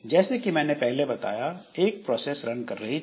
जैसे कि मैंने बताया पहले एक प्रोसेस रन कर रही थी